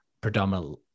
predominant